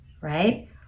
right